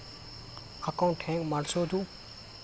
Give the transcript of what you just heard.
Account ಹೆಂಗ್ ಮಾಡ್ಸೋದು?